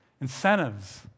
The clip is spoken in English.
incentives